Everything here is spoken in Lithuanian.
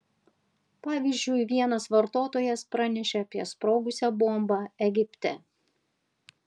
pavyzdžiui vienas vartotojas pranešė apie sprogusią bombą egipte